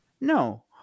No